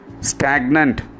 stagnant